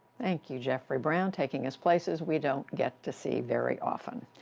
thank you, jeffrey brown, taking us places we don't get to see very often.